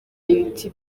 ibiti